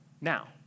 now